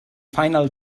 final